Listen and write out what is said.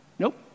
Nope